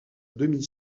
demi